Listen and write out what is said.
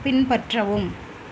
பின்பற்றவும்